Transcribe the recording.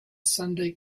sunday